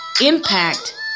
impact